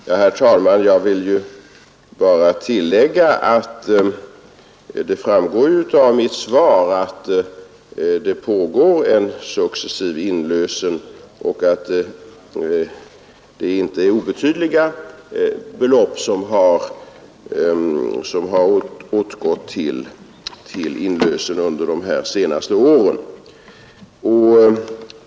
Herr talman! Av mitt svar framgår att en successiv inlösen äger rum och att inte obetydliga belopp har äåtgått till inlösen under de senaste ären.